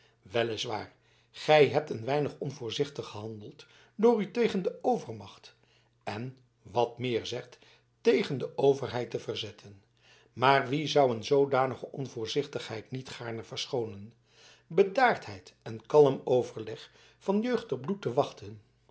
waar gij hebt een weinig onvoorzichtig gehandeld door u tegen de overmacht en wat meer zegt tegen de overheid te verzetten maar wie zou een zoodanige onvoorzichtigheid niet gaarne verschoonen bedaardheid en kalm overleg van jeugdig bloed te wachten